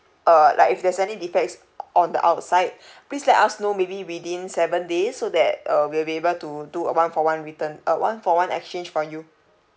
uh like if there's any defects on the outside please let us know maybe within seven days so that uh we'll be able to do a one for one return uh one for one exchange for you